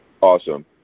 awesome